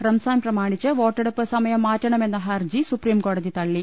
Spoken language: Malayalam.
റംസാൻ പ്രമാണിച്ച് വോട്ടെടുപ്പ് സമയം മാറ്റണമെന്ന ഹർജി സുപ്രീംകോട്ടതി തള്ളി